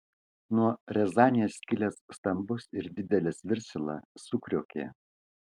nuo riazanės kilęs stambus ir didelis viršila sukriokė